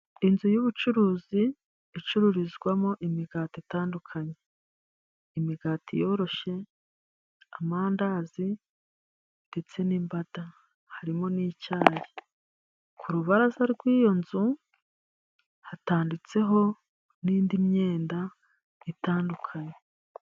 Inzu y'ubucuruzi icururizwamo imigati itandukanye imigati yoroshye amandazi ndetse n'imbada harimo n'icyayi ku rubaraza rw'iyo nzu hatanditseho n'indi myenda itandukanye.